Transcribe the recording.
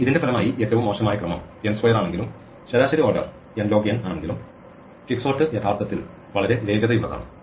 ഇതിന്റെ ഫലമായി ഏറ്റവും മോശമായ ക്രമം n സ്ക്വയറാണെങ്കിലും ശരാശരി ഓർഡർ n log n ആണെങ്കിലും ക്വിക്സോർട്ട് യഥാർത്ഥത്തിൽ വളരെ വേഗതയുള്ളതാണ്